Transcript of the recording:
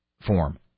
form